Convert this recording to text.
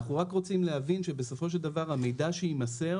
אנחנו רק רוצים להבין שבסופו של דבר המידע שיימסר